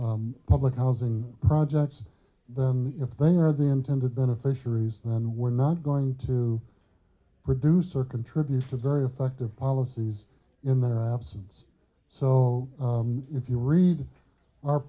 public housing projects then if they are the intended beneficiaries then we're not going to produce or contributes to very effective policies in their absence so if you read